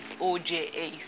oja